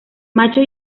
macho